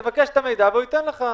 תבקש את המידע והוא ייתן לך.